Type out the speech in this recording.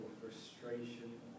frustration